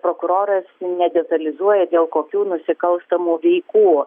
prokuroras nedetalizuoja dėl kokių nusikalstamų veikų